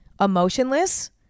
emotionless